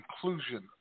conclusion